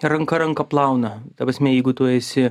ranka ranką plauna ta prasme jeigu tu esi